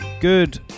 Good